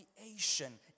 creation